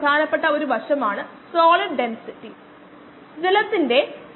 അതിനാൽ കിലോമീറ്റർ 58